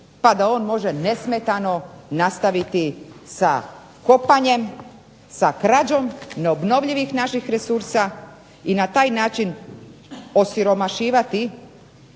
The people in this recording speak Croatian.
pa da on može nesmetano nastaviti sa kopanjem, sa krađom neobnovljivih naših resursa i na taj način osiromašivati